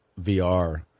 VR